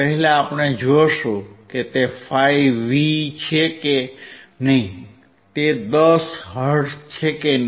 પહેલા આપણે જોશું કે તે 5V છે કે નહીં તે 10 હર્ટ્ઝ છે કે નહીં